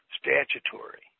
statutory